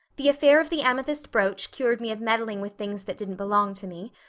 the affair of the amethyst brooch cured me of meddling with things that didn't belong to me.